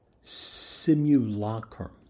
simulacrum